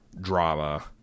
drama